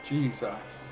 Jesus